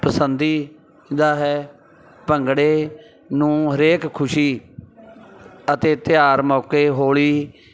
ਪਸੰਦੀਦਾ ਹੈ ਭੰਗੜੇ ਨੂੰ ਹਰੇਕ ਖੁਸ਼ੀ ਅਤੇ ਤਿਉਹਾਰ ਮੌਕੇ ਹੌਲੀ